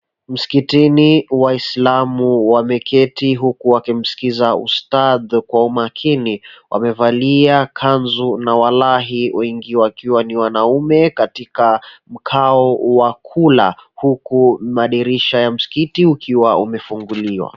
Msikitini Waislaamu wameketi huku wakimsikiza ustadhi kwa umakini. Wamevalia kanzu na walahi wengi wakiwa wanaume katika mkao wa kula huku madirisha ya msikiti ukiwa umefunguliwa.